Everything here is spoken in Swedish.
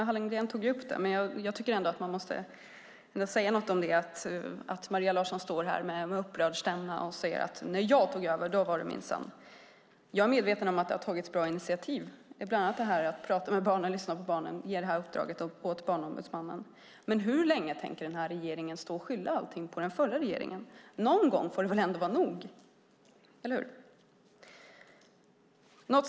Herr talman! Maria Larsson står här och talar upprört om hur det var när hon tog över. Jag är medveten om att det har tagits bra initiativ, som till exempel att man ska prata med barnen och lyssna på barnen och ge det i uppdrag åt Barnombudsmannen. Men hur länge tänker den här regeringen skylla på den förra regeringen? Någon gång får det väl ändå vara nog.